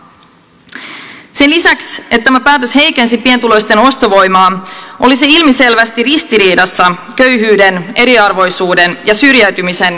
sen lisäksi että tämä päätös heikensi pienituloisten ostovoimaa oli se ilmiselvästi ristiriidassa köyhyyden eriarvoisuuden ja syrjäytymisen ehkäisemisen kanssa